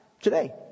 today